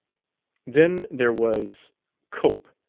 then there was cope,